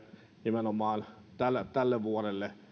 nimenomaan tälle vuodelle